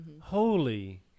Holy